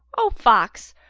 o fox,